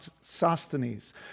Sosthenes